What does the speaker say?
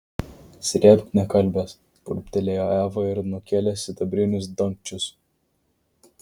srėbk nekalbėjęs burbtelėjo eva ir nukėlė sidabrinius dangčius